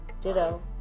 Ditto